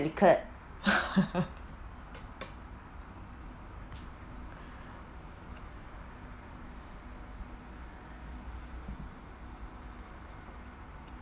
wrinkled